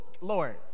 Lord